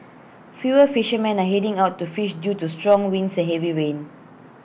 fewer fishermen are heading out to fish due to strong winds and heavy rain